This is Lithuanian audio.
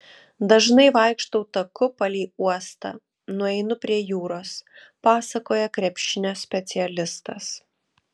dažnai vaikštau taku palei uostą nueinu prie jūros pasakoja krepšinio specialistas